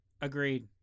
Agreed